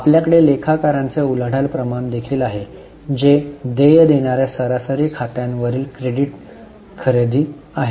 आपल्याकडे लेखाकारांचे उलाढाल प्रमाण देखील आहे जे देय देणार्या सरासरी खात्यांवरील क्रेडिट खरेदी आहे